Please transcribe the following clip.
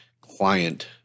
client